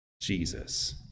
Jesus